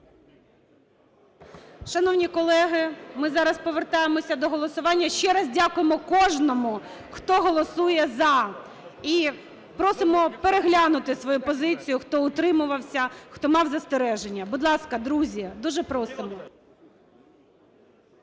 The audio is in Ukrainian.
Шановні колеги, ми зараз повертаємося до голосування, ще раз дякуємо кожному, хто голосує "за". І просимо переглянути свою позицію, хто утримувався, хто мав застереження. Будь ласка, друзі, дуже просимо.